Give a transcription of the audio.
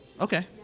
okay